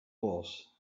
was